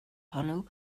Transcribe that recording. hwnnw